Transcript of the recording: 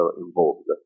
involved